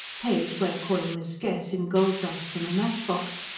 paid, where coin was scarce, in gold-dust from a match-box,